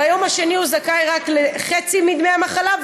ביום השני הוא זכאי רק לחצי מדמי המחלה,